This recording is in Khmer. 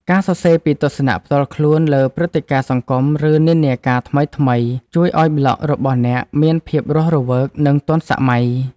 ការសរសេរពីទស្សនៈផ្ទាល់ខ្លួនលើព្រឹត្តិការណ៍សង្គម ឬនិន្នាការថ្មីៗ ជួយឱ្យប្លក់របស់អ្នកមានភាពរស់រវើក និងទាន់សម័យ។